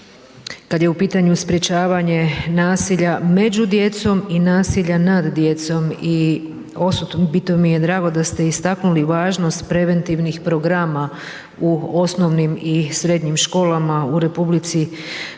kad je u pitanju sprječavanje nasilja među djecom i nasilja nad djecom i osobito mi je drago da ste istaknuli važnost preventivnih programa u osnovnim i srednjim školama u RH